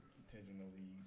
intentionally